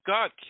God